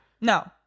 No